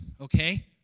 Okay